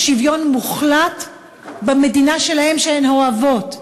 שוויון מוחלט במדינה שלהן שהן אוהבות.